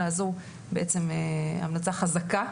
אלא זו בעצם המלצה חזקה.